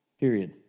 Period